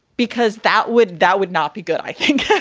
because that would that would not be good, i think,